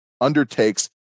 undertakes